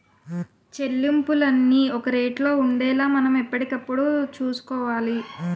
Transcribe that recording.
చెల్లింపులన్నీ ఒక రేటులో ఉండేలా మనం ఎప్పటికప్పుడు చూసుకోవాలి